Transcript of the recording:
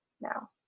now